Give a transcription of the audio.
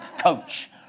coach